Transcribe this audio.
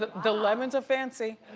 the lemons are fancy.